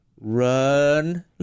Run